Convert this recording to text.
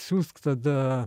siųsk tada